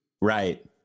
Right